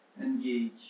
engage